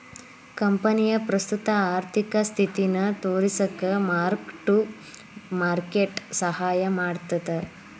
ಕಂಪನಿಯ ಪ್ರಸ್ತುತ ಆರ್ಥಿಕ ಸ್ಥಿತಿನ ತೋರಿಸಕ ಮಾರ್ಕ್ ಟು ಮಾರ್ಕೆಟ್ ಸಹಾಯ ಮಾಡ್ತದ